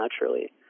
naturally